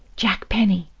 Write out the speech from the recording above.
jack penny!